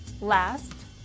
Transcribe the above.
last